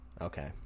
Okay